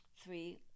three